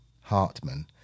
Hartman